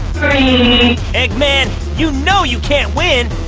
three eggman, you know you can't win